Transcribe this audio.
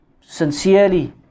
sincerely